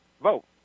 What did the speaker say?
vote